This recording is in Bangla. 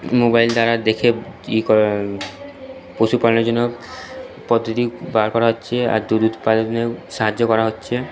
মোবাইল দ্বারা দেখে ইয়ে করা পশুপালনের জন্য পদ্ধতি বার করা হচ্ছে আর দুধ উৎপাদনেও সাহায্য করা হচ্ছে